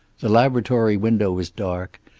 the laboratory window was dark,